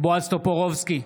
בועז טופורובסקי,